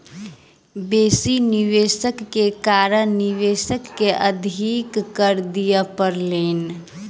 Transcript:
बेसी निवेश के कारण निवेशक के अधिक कर दिअ पड़लैन